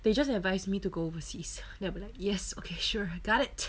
they just advise me to go overseas then I'm like yes okay sure got it